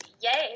yay